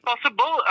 Possible